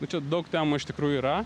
nu čia daug temų iš tikrųjų yra